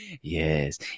Yes